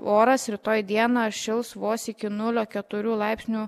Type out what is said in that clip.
oras rytoj dieną šils vos iki nulio keturių laipsnių